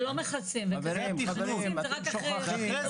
ולא מכסים, מכסים את זה רק אחרי.